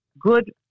good